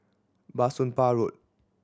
Bah Soon Pah Road